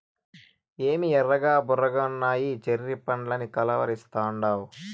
ఏమి ఎర్రగా బుర్రగున్నయ్యి చెర్రీ పండ్లని కలవరిస్తాండావు